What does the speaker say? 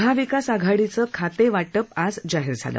महाविकास आघाडीचं खातेवाटप आज जाहीर झालं